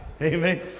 Amen